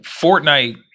Fortnite